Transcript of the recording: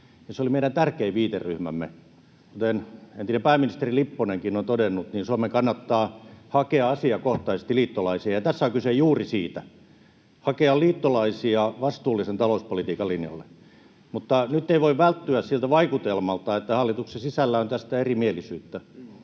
se oli meidän tärkein viiteryhmämme. Kuten entinen pääministeri Lipponenkin on todennut, Suomen kannattaa hakea asiakohtaisesti liittolaisia, ja tässä on kyse juuri siitä: hakea liittolaisia vastuullisen talouspolitiikan linjoille. Mutta nyt ei voi välttyä siltä vaikutelmalta, että hallituksen sisällä on tästä erimielisyyttä.